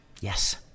yes